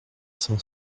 cent